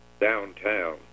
downtown